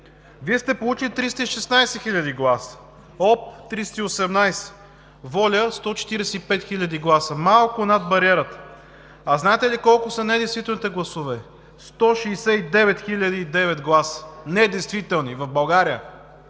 Вие сте получили 316 хиляди гласа, ОП – 318, ВОЛЯ – 145 хиляди гласа, малко над бариерата. А знаете ли колко са недействителните гласове? 169 хиляди и 9 недействителни гласа в България.